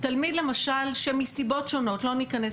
תלמיד למשל שמסיבות שונות לא נכנס,